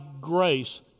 grace